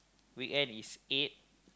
weekend is eight